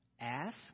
Ask